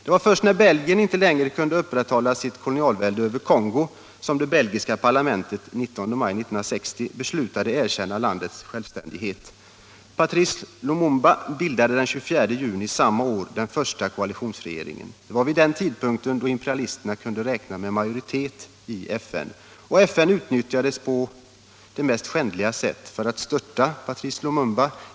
Det var först när Belgien inte längre kunde upprätthålla sitt kolonialvälde över Kongo som det belgiska parlamentet den 19 maj 1960 beslutade erkänna landets självständighet. Patrice Lumumba bildade den 24 juni samma år den första koalitionsregeringen. Det var vid den tid då imperialisterna ändå kunde räkna med en majoritet i FN, och FN utnyttjades på det mest skändliga sätt för att störta Patrice Lumumba.